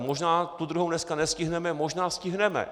Možná tu druhou dneska nestihneme, možná stihneme.